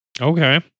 okay